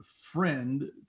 friend